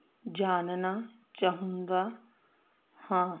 ਜਾਨਣਾ ਚਾਹੁੰਦਾ ਹਾਂ